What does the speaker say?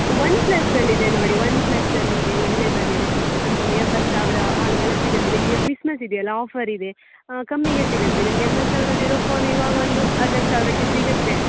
one ಪ್ಲಸ್ನಲ್ಲಿದೆ ನೋಡಿ one ಪ್ಲಸ್ನಲ್ಲಿದೆ ಒಳ್ಳೇದು ಬಂದಿದೆ ಒಂದು ಎಂಬತ್ತು ಸಾವಿರ ಹಂಗೆಲ್ಲ ಸಿಗತ್ತೆ ನಿಮ್ಗೆ ಈಗ ಕ್ರಿಸ್ಮಸ್ ಇದೆ ಅಲ್ಲ ಆಫರ್ ಇದೆ ಕಮ್ಮಿಗೆ ಸಿಗುತ್ತೆ ನಿಮ್ಗೆ ಎಂಬತ್ತು ಸಾವಿರದ್ದಿರೋ ಫೋನ್ ಇವಾಗ ಒಂದು ಅರ್ವತ್ತು ಸಾವಿರಕ್ಕೆ ಸಿಗುತ್ತೆ